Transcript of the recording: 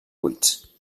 buits